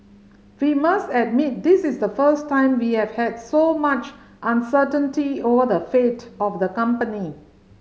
we must admit this is the first time we have had so much uncertainty over the fate of the company